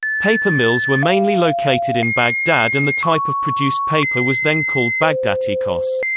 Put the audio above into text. paper mills were mainly located in baghdad and the type of produced paper was then called bagdatikos.